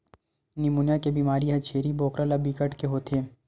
pneumonia के बेमारी ह छेरी बोकरा ल बिकट के होथे